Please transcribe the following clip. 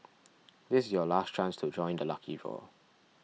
this is your last chance to join the lucky draw